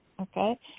okay